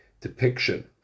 depiction